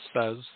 says